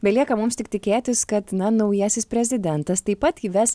belieka mums tik tikėtis kad naujasis prezidentas taip pat įves